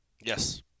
Yes